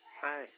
Hi